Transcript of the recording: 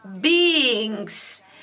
beings